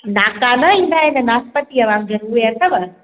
नाका न ईंदा आहिनि नाशपतीअ वांगुरु उहे अथव